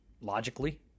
logically